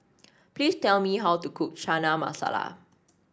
please tell me how to cook Chana Masala